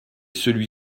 celui